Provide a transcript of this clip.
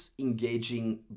engaging